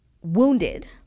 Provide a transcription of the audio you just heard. wounded